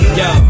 yo